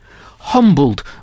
Humbled